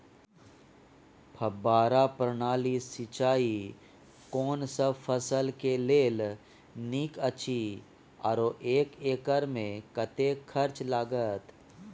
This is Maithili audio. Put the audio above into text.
फब्बारा प्रणाली सिंचाई कोनसब फसल के लेल नीक अछि आरो एक एकर मे कतेक खर्च लागत?